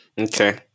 Okay